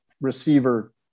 receiver